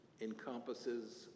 encompasses